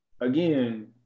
again